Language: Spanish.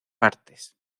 partes